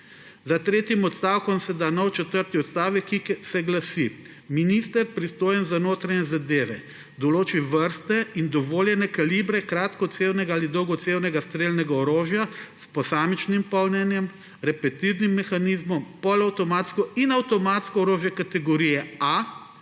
»Za tretjim odstavkom se doda novi četrti odstavek, ki se glasi: Minister, pristojen za notranje zadeve, določi vrste in dovoljene kalibre kratkocevnega ali dolgocevnega strelnega orožja s posamičnim polnjenjem, repetirnim mehanizmom, polavtomatsko in avtomatsko orožje kategorije A,